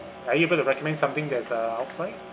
are you able to recommend something that's uh outside